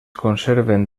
conserven